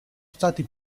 stati